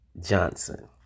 Johnson